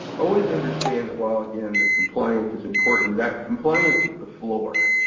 always understand that while again that compliance is important, that compliance is the floor.